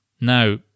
Now